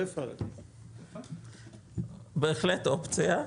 בהחלט אופציה.